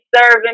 serving